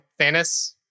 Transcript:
Thanos